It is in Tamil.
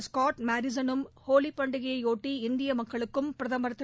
ஸ்காா்ட் மோரிசனும்ஹோலி பண்டிகையையொட்டி இந்திய மக்களுக்கும் பிரதமர் திரு